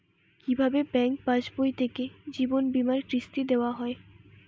কি ভাবে ব্যাঙ্ক পাশবই থেকে জীবনবীমার কিস্তি দেওয়া হয়?